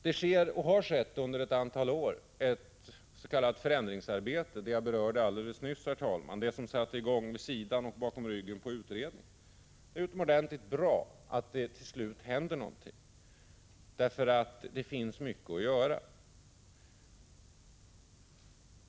Det sker, och har skett under ett antal år, ett s.k. förändringsarbete — vilket jag berörde alldeles nyss — som sattes i gång vid sidan av och bakom ryggen på kommittén. Det är utomordentligt bra att någonting till slut händer. Det finns mycket att göra.